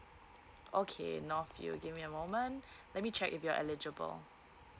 okay now if you give me a moment let me check if you're eligible